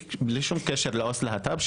בלי שום קשר לעו״ס להט״ב,